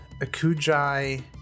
Akujai